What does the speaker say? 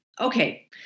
okay